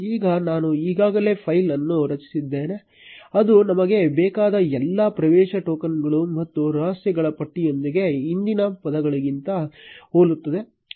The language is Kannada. ಈಗ ನಾನು ಈಗಾಗಲೇ ಫೈಲ್ ಅನ್ನು ರಚಿಸಿದ್ದೇನೆ ಅದು ನಮಗೆ ಬೇಕಾದ ಎಲ್ಲಾ ಪ್ರವೇಶ ಟೋಕನ್ಗಳು ಮತ್ತು ರಹಸ್ಯಗಳ ಪಟ್ಟಿಯೊಂದಿಗೆ ಹಿಂದಿನ ಪದಗಳಿಗಿಂತ ಹೋಲುತ್ತದೆ